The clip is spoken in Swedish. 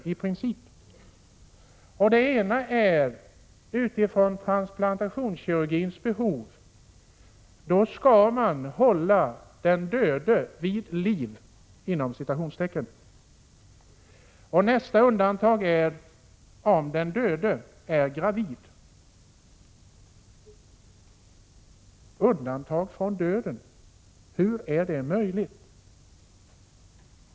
Det ena undantaget utgår från transplantationskirurgins behov — då skall man hålla den döde ”vid liv”. Nästa undantag skall göras om den döda är gravid. Undantag från döden — hur är det möjligt?